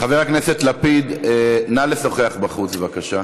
חבר הכנסת לפיד, נא לשוחח בחוץ, בבקשה.